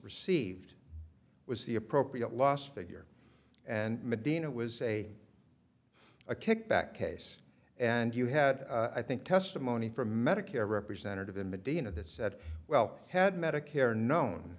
received was the appropriate loss figure and medina was a a kickback case and you had i think testimony from medicare representative in medina that said well had medicare known